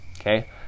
Okay